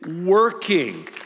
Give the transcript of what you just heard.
working